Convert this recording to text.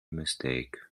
mistake